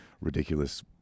ridiculous